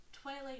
Twilight